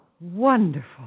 Wonderful